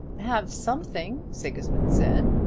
have something! sigismund said.